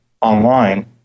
online